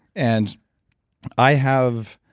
and i have,